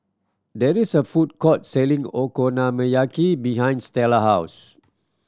there is a food court selling Okonomiyaki behind Stella house